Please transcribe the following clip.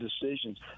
decisions